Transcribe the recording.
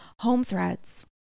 HomeThreads